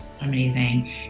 Amazing